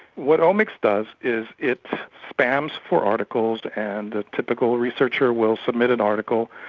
what omics does is it spams for articles, and a typical researcher will submit an article,